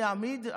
מי יעמיד?